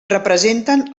representen